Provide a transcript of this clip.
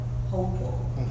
hopeful